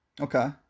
Okay